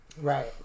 right